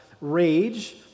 rage